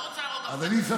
לא רוצה להרוג אף אחד?